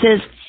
says